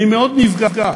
אני מאוד נפגע.